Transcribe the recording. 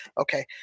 Okay